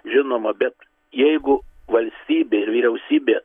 žinoma bet jeigu valstybė ir vyriausybė